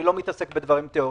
אני לא מתעסק בדברים תיאורטיים,